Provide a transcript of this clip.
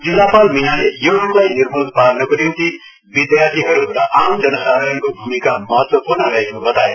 जिल्लापाल मिनाले यो रोगलाई निर्मुल पार्नको निम्ति विद्यार्थीहरू र आम जनसाधारणको भूमिका महत्वपूर्ण रहेको बताए